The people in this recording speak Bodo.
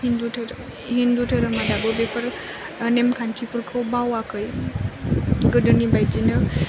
हिन्दु धोरोम हिन्दु धोरोमा दाबो बेफोर नेमखान्थिफोरखौ बावयाखै गोदोनि बायदिनो